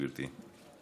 גברתי.